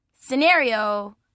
scenario